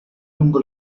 lungo